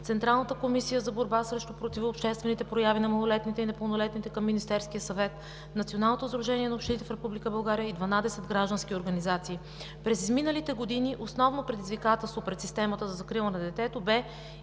Централната комисия за борба срещу противообществените прояви на малолетните и пълнолетните към Министерския съвет, Националното сдружение на общините в Република България и 12 граждански организации. През изминалите години основно предизвикателство пред системата за закрила на детето бе